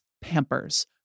Pampers